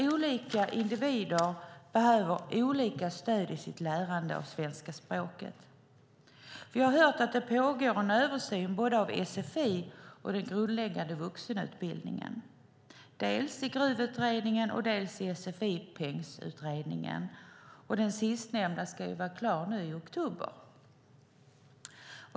Olika individer behöver olika stöd i sitt lärande av svenska språket. Vi har hört att det pågår en översyn av både sfi och den grundläggande vuxenutbildningen dels i GRUV-utredningen, dels i Sfi-pengsutredningen. Den sistnämnda ska vara klar i oktober.